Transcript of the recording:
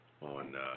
on